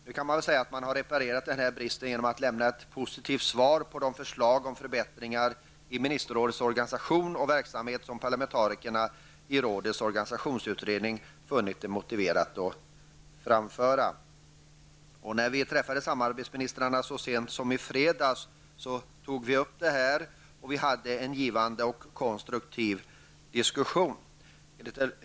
Nu kan denna brist sägas ha reparerats genom att man lämnar ett positivt svar på de förslag till förbättringar av Ministerrådets organisation och verksamhet som parlamentarikerna i rådets organisationsutredning funnit det motiverat att framföra. När vi så sent som i fredags träffade samarbetsministrarna tog vi upp denna fråga, och vi hade en givande och konstruktiv diskussion.